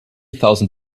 thousand